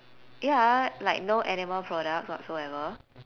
ya like no animal products whatsoever